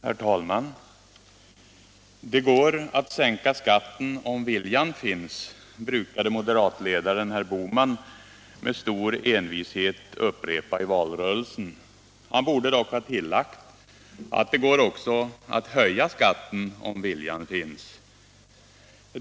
Herr talman! Det går att sänka skatten om viljan finns, brukade moderatledaren herr Bohman med stor envishet upprepa i valrörelsen. Han borde dock ha tillagt att det också går att höja skatten om viljan finns.